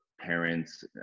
parents